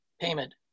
payment